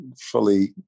fully